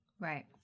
Right